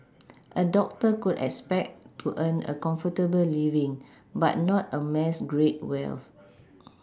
a doctor could expect to earn a comfortable living but not amass great wealth